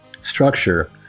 structure